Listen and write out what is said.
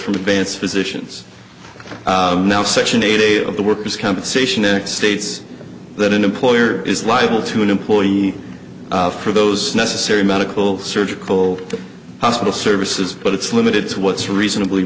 from advance physicians now section eight of the worker's compensation act states that an employer is liable to an employee for those necessary medical surgical hospital services but it's limited to what's reasonably